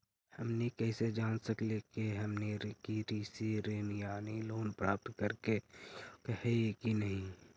हमनी कैसे जांच सकली हे कि हमनी कृषि ऋण यानी लोन प्राप्त करने के योग्य हई कि नहीं?